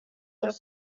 aus